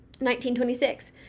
19.26